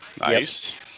Nice